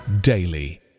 daily